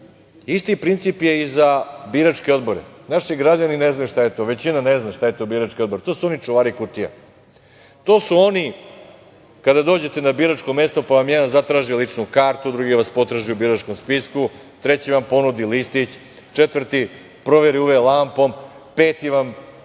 Isti princip je i za biračke odbore. Naši građani ne znaju šta je to, većina ne zna šta je to birački odbor. To su oni čuvari kutija. To su oni kada dođete na biračko mesto, pa vam jedan zatraži ličnu kartu, drugi vas potraži u biračkom spisku, treći vam ponudi listić, četvrti proveri UV lampom, peti vam